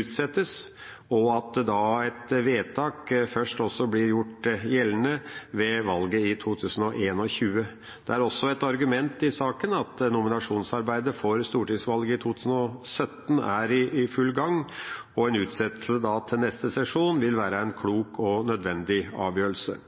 utsettes, og at et vedtak først blir gjort gjeldende ved valget i 2021. Det er også et argument i saken at nominasjonsarbeidet for stortingsvalget i 2017 er i full gang, og en utsettelse til neste sesjon vil være en klok og nødvendig avgjørelse.